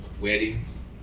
weddings